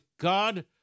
God